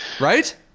right